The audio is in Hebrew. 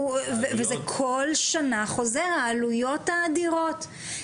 עלויות אדירות.